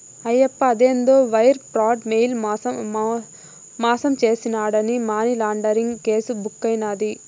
ఆయప్ప అదేందో wire fraud, mail మాసం చేసినాడాని మనీలాండరీంగ్ కేసు బుక్కైనాది